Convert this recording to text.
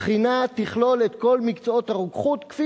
הבחינה תכלול את כל מקצועות הרוקחות כפי